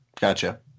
Gotcha